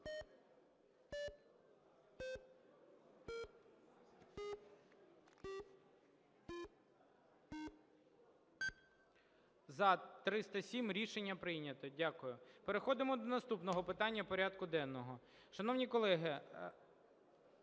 За – 307 Рішення прийнято. Дякую. Переходимо до наступного питання порядку денного. Шановні колеги,